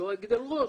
לא אגיד על ראש,